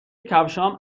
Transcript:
کفشهام